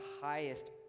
highest